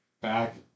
back